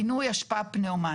פינוי אשפה פנאומטי.